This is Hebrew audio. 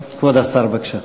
כבוד השר, בבקשה.